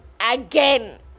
again